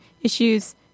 issues